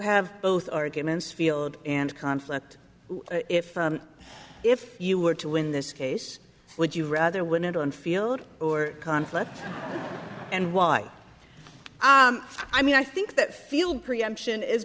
have both arguments field and conflict if if you were to win this case would you rather win it on field or conflict and why i mean i think that field preemption is